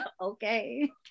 okay